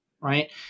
right